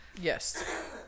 Yes